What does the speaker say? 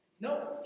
No